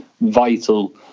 vital